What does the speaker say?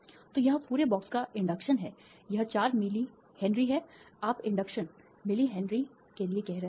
तो यह पूरे बॉक्स का इंडक्शन है यह चार मिली हेनरी है आप इंडक्शन मिल हेनरी के लिए कह रहे हैं